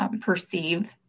Perceive